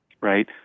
right